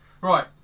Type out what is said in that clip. Right